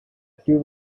too